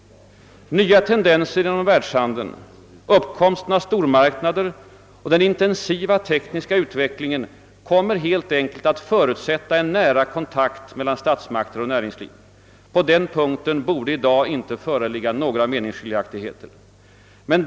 Nya tendenser inom världshandeln, uppkomsten av stormarknader och den intensiva tekniska utvecklingen kommer helt enkelt att förutsätta en nära kontakt mellan statsmakter och näringsliv — på den punkten borde i dag inte föreligga några meningsskiljaktigheter.